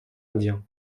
indien